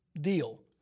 Deal